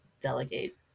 delegate